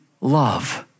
love